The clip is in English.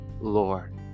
lord